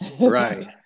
Right